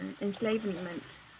enslavement